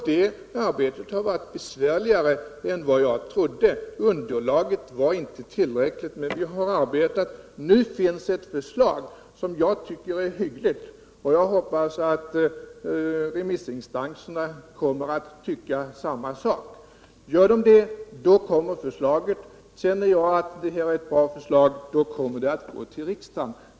Det arbetet har varit besvärligare än vad jag trodde. Underlaget var inte tillräckligt. Men vi har arbetat, och nu finns ett förslag som jag tycker är hyggligt. Jag hoppas att remissinstanserna kommer att tycka detsamma. Gör de det, kommer förslaget. Känner jag att det är ett bra förslag, kommer det att gå till riksdagen.